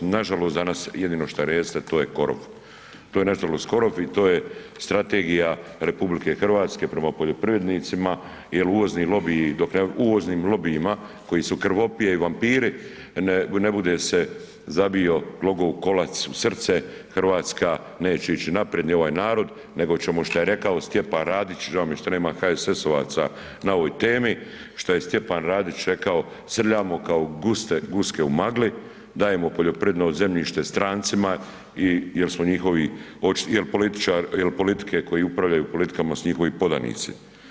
Nažalost, jedino šta reste to je korov, to je nastalo uz korov i to je strategija RH prema poljoprivrednicima jel uvozni lobiji, dok uvoznim lobijima koji su krvopije i vampiri ne bude se zabio logo u kolac u srce, RH neće ići naprijed, ni ovaj narod, nego ćemo šta je rekao Stjepan Radić, žao mi je šta nema HSS-ovaca na ovoj temi, šta je Stjepan Radić rekao srljamo kao guske u magli, dajemo poljoprivredno zemljište strancima i jel smo njihovi, jel političar, jel politike koje upravljaju politikama su njihovi podanici.